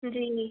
जी